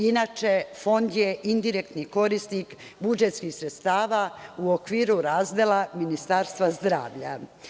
Inače, fond je indirektni korisnik budžetskih sredstava u okviru razdela Ministarstva zdravlja.